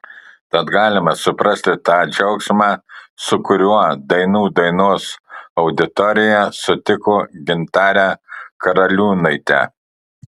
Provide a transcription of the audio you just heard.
tad galima suprasti tą džiaugsmą su kuriuo dainų dainos auditorija sutiko gintarę karaliūnaitę